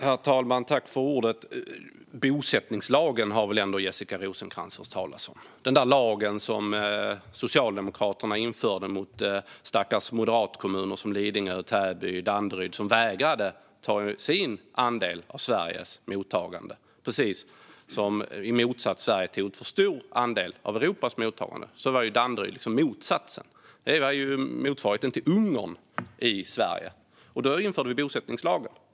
Herr talman! Jessica Rosencrantz har väl ändå hört talas om bosättningslagen - den där lagen som Socialdemokraterna införde mot stackars moderatkommuner som Lidingö, Täby och Danderyd som vägrade ta sin andel av Sveriges mottagande? Detta var alltså motsatsen till att Sverige tog en för stor andel av Europas mottagande. De här kommunerna var motsvarigheten till Ungern i Sverige. Då införde vi bosättningslagen.